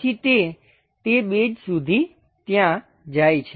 પછી તે તે બેઝ સુધી ત્યાં જાય છે